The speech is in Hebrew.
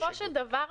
בסופו של דבר,